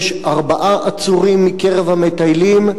יש ארבעה עצורים מקרב המטיילים,